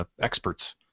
experts